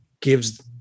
gives